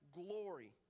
glory